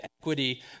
equity